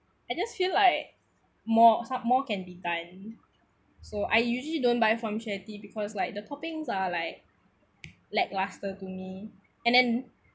I just feel like more some more can be done so I usually don't buy from share tea because like the toppings are like lack luster to me and then